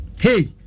hey